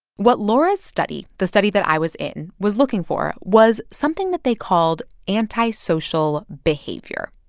what laura's study, the study that i was in, was looking for was something that they called antisocial behavior.